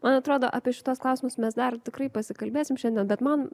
man atrodo apie šituos klausimus mes dar tikrai pasikalbėsim šiandien bet man